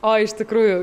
o iš tikrųjų